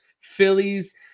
Phillies